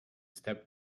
step